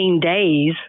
days